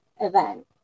event